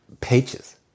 pages